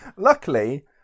luckily